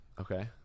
Okay